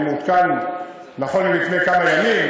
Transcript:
אני מעודכן ללפני כמה ימים.